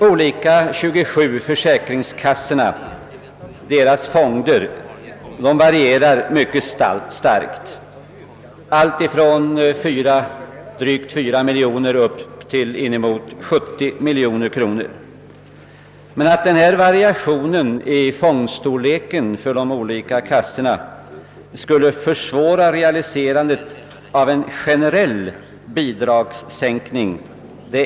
De 27 försäkringskassornas fonder varierar sinsemellan mycket starkt — alltifrån 4 miljoner kronor upp till in emot 70 miljoner kronor. Men denna variation i fondstorleken för de olika kassorna försvårar ju ingalunda realiserandet av en generell bidragssänkning.